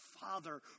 father